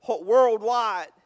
worldwide